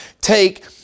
Take